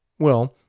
well,